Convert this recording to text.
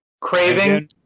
craving